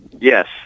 Yes